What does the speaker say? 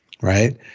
Right